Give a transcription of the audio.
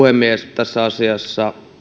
tässä asiassa